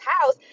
house